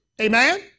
Amen